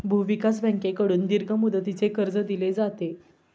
भूविकास बँकेकडून दीर्घ मुदतीचे कर्ज दिले जाते